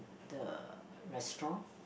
the restaurant